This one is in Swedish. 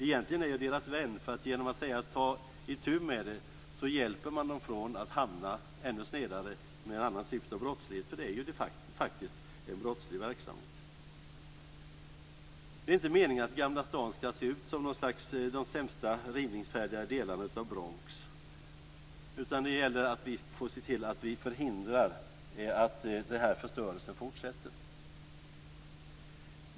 Egentligen är jag deras vän, för att genom att säga att vi måste ta itu med problemet hjälper man klottrarna från att hamna ännu snedare i en annan typ av brottslighet. Det är faktiskt en brottslig verksamhet. Det är inte meningen att Gamla stan skall se ut som de sämsta rivningsfärdiga delarna av Bronx. Nu gäller det att vi ser till att vi förhindrar att denna förstörelse fortsätter.